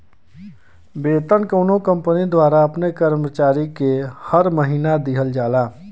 वेतन कउनो कंपनी द्वारा अपने कर्मचारी के हर महीना दिहल जाला